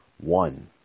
one